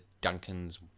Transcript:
duncan's